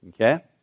Okay